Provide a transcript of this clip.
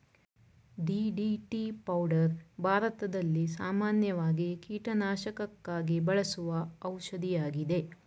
DDT powder ಭಾರತದಲ್ಲಿ ಸಾಮಾನ್ಯವಾಗಿ ಕೀಟನಾಶಕಕ್ಕಾಗಿ ಬಳಸುವ ಔಷಧಿಯಾಗಿದೆ